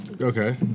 Okay